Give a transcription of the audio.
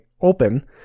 open